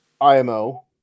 IMO